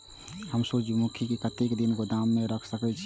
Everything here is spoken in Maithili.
हम सूर्यमुखी के कतेक दिन गोदाम में रख सके छिए?